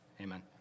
Amen